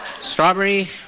strawberry